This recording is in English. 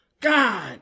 God